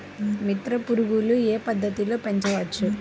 మిత్ర పురుగులు ఏ పద్దతిలో పెంచవచ్చు?